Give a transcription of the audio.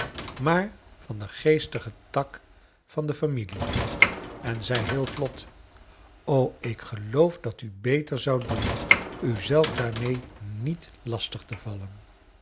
maar vandengeestigen tak van de familie en zei heel vlot ik geloof dat u beter zoudfc doen u zelf daarmee niet lastig te vallen